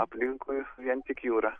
aplinkui vien tik jūra